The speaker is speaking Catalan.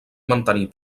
mantenir